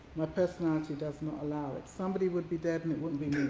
my personality does not allow it. somebody would be dead and it wouldn't be